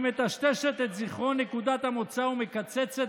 היא מטשטשת את זיכרון נקודת המוצא ומקצצת